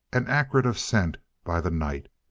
and acrid of scent by the night.